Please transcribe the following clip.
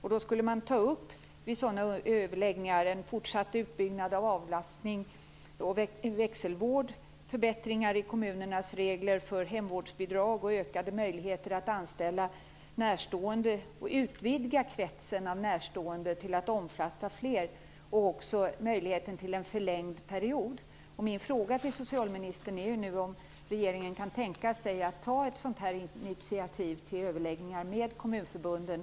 Vid sådana överläggningar skulle man ta upp en fortsatt utbyggnad av avlastning, frågan om växelvård, förbättringar av kommunernas regler för hemvårdsbidrag, ökade möjligheter att anställa närstående, möjligheten att utvidga kretsen av närstående till att omfatta fler och också möjligheten till en förlängd vårdperiod. Min fråga till socialministern är om regeringen kan tänka sig att ta ett sådant initiativ till överläggningar med kommunförbunden.